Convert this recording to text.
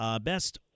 Best